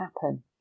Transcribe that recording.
happen